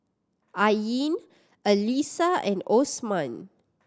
Ain Alyssa and Osman